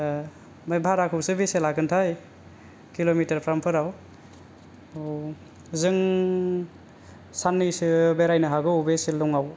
ओमफ्राय भाराखौसो बेसे लागोनथाय किलमिटारफ्राम फोराव औ जों साननैसो बेरायनो हागौ बे सिलं आव